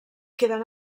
queden